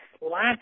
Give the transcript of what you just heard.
lack